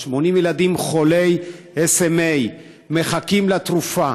80 ילדים חולי SMA מחכים לתרופה.